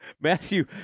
Matthew